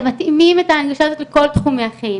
הם מתאימים אותם לכל תחומי החיים.